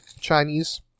Chinese